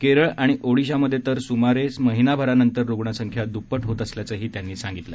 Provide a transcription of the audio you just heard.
केरळ आणि ओडिशामध्ये तर सुमारे महिनाभरानंतर रुग्णसंख्या ट्रप्पट होत असल्याचेही ते म्हणाले